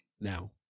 now